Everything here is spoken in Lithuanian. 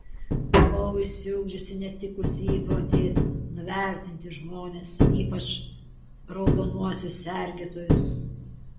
buvau išsiugdžiusi netikusį įprotį nuvertinti žmones ypač raudonuosius sergėtojus